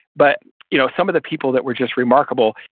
but you know some of the people that were just remarkable,